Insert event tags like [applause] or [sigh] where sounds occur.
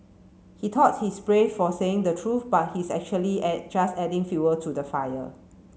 he thought he's brave for saying the truth but he's actually [hesitation] just adding fuel to the fire